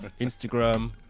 Instagram